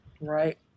Right